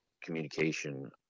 communication